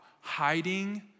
hiding